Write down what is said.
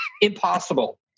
Impossible